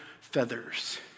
feathers